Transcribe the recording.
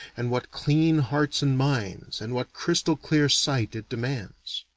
and what clean hearts and minds and what crystal-clear sight it demands.